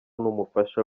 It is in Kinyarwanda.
n’umufasha